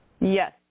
Yes